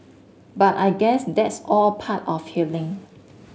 but I guess that's all part of healing